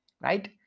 right